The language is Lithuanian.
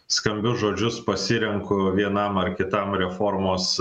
skambius žodžius pasirenku vienam ar kitam reformos